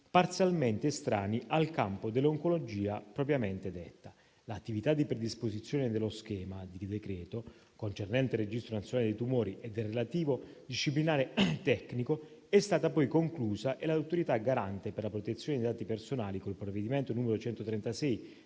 parzialmente estranei al campo dell'oncologia propriamente detta. L'attività di predisposizione dello schema di decreto concernente il registro nazionale dei tumori e del relativo disciplinare tecnico è stata poi conclusa e l'Autorità garante per la protezione dei dati personali, con provvedimento n. 136